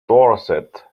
dorset